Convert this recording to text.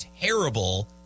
terrible